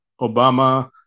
Obama